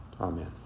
Amen